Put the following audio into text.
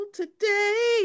today